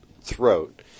throat